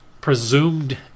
presumed